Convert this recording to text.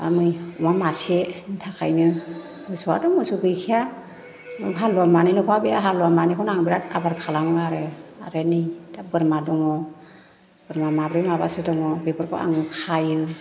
बा मै अमा मासे थाखायनो मोसौआथ' मोसौ गैखाया हालुवा मानैल'खा बे हालुवा मानैखौनो आंहा बिराथ आबार खालामो आरो आरो नै दा बोरमा दङ बोरमा माब्रै माबासो दङ बेफोरखौ आङो खायो